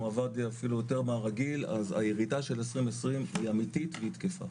הוא עבד אפילו יותר מהרגיל אז הירידה של 2020 אמיתית ותקפה.